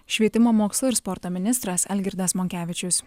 švietimo mokslo ir sporto ministras algirdas monkevičius